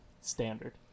standard